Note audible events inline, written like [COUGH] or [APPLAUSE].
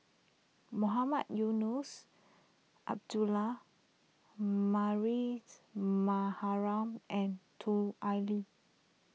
Mohamed Eunos Abdullah Mariam [UNINTELLIGIBLE] and Lut Ali